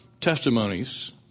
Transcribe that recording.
testimonies